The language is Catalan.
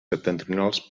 septentrionals